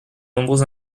nombreux